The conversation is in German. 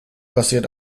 basiert